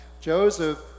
Joseph